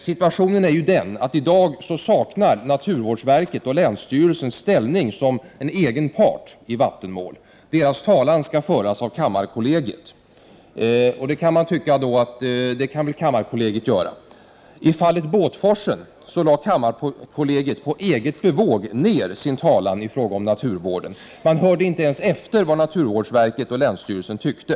Situationen är den att naturvårdsverket och länsstyrelsen i dag saknar ställning som egen part i vattenmål. Deras talan skall föras av kammarkollegiet. Man kan ju tycka att kammarkollegiet skall göra detta. I fallet Båtforsen lade kammarkollegiet på eget bevåg ned sin talan i fråga om naturvården. — Prot. 1988/89:125 Man hörde inte ens efter vad naturvårdsverket och länsstyrelsen tyckte.